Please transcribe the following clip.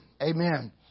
Amen